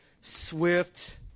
swift